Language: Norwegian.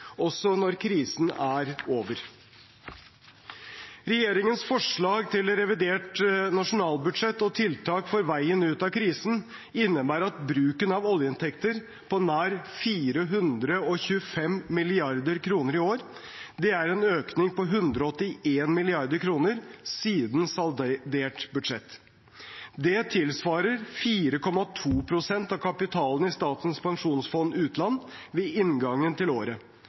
også når krisen er over. Regjeringens forslag til revidert nasjonalbudsjett og tiltak for veien ut av krisen innebærer en bruk av oljeinntekter på nær 425 mrd. kr i år. Det er en økning på 181 mrd. kr siden saldert budsjett. Det tilsvarer 4,2 pst. av kapitalen i Statens pensjonsfond utland ved inngangen til året.